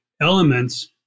elements